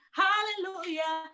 hallelujah